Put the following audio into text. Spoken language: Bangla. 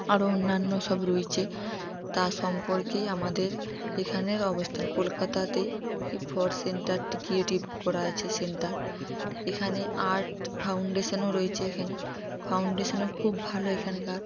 আরো অন্যান্য সব রয়েছে তা সম্পর্কেই আমাদের এখানের অবস্থান কলকাতাতে এ ফর সেন্টারটি ক্রিয়েটিভ করা আছে সেন্টার এখানে আর্ট ফাউন্ডেশানও রয়েছে এখানে ফাউন্ডেশানও খুব ভালো এখানকার